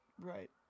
Right